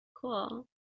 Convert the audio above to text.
cool